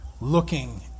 looking